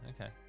Okay